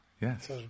Yes